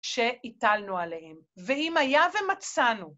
שהטלנו עליהם, ואם היה ומצאנו...